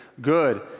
good